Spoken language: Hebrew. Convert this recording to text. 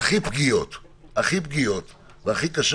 הכי פגיעות והכי קשות,